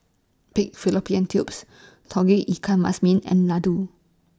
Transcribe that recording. Pig Fallopian Tubes Tauge Ikan Masin and Laddu